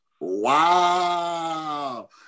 Wow